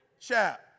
Chap